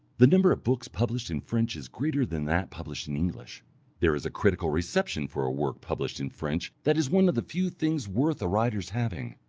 the number of books published in french is greater than that published in english there is a critical reception for a work published in french that is one of the few things worth a writer's having,